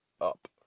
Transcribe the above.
up